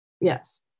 Yes